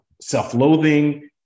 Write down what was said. self-loathing